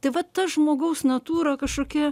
tai vat ta žmogaus natūra kažkokia